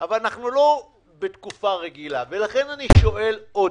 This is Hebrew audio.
0.7 בסכום שליטה השווה